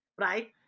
Right